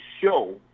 show